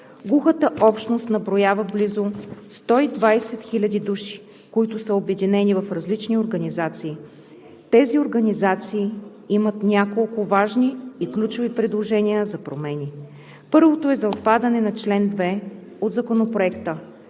Глухата общност наброява близо 120 хиляди души, които са обединени в различни организации. Тези организации имат няколко важни и ключови предложения за промени. Първото е за отпадане на чл. 2 от Законопроекта,